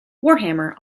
warhammer